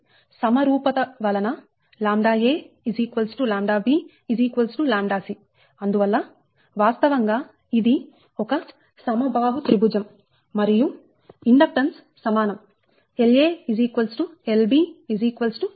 కాబట్టి సమరూపత వలన ʎa ʎb ʎc అందువల్ల వాస్తవంగా ఇది ఒక సమబాహు త్రిభుజం మరియు ఇండక్టెన్స్ సమానం La Lb Lc